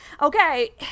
Okay